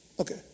Okay